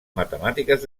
matemàtiques